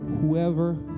whoever